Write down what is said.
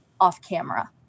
off-camera